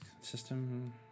system